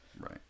Right